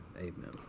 amen